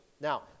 Now